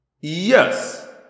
Yes